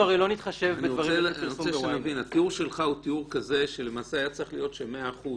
הוא כזה שהיה צריך להיות ש-100%